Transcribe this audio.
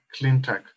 CleanTech